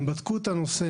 הם בדקו את הנושא,